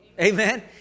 Amen